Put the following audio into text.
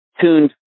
tuned